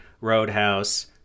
Roadhouse